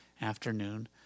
afternoon